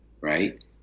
right